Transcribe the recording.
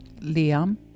Liam